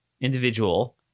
individual